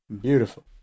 Beautiful